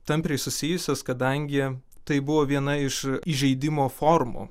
tampriai susijusios kadangi tai buvo viena iš įžeidimo formų